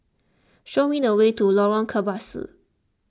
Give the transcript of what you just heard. show me the way to Lorong Kebasi